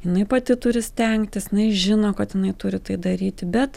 jinai pati turi stengtis jinai žino kad jinai turi tai daryti bet